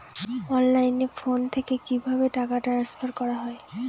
অনলাইনে ফোন থেকে কিভাবে টাকা ট্রান্সফার করা হয়?